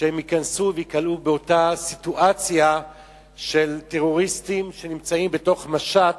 שהם ייכנסו וייקלעו לאותה סיטואציה של טרוריסטים שנמצאים בתוך משט